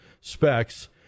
Specs